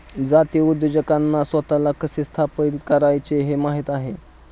जातीय उद्योजकांना स्वतःला कसे स्थापित करायचे हे माहित आहे